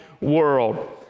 world